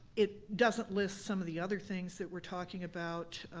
it doesn't list some of the other things that we're talking about.